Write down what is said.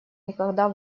никогда